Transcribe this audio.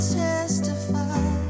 testify